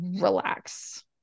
relax